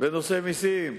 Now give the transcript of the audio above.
בנושא מסים,